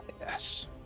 Yes